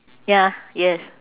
ya yes